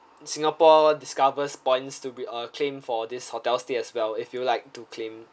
singapore discovers points to be uh claim for this hotel stay as well if you would like to claim